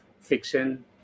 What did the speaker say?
fiction